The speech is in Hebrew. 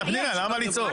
פנינה, למה לצעוק?